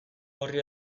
horri